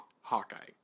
Hawkeye